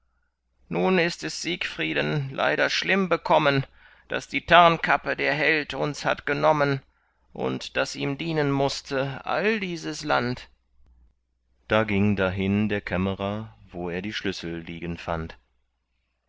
nun ist es siegfrieden leider schlimm bekommen daß die tarnkappe der held uns hat genommen und daß ihm dienen mußte all dieses land da ging dahin der kämmerer wo er die schlüssel liegen fand